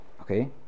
Okay